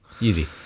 Easy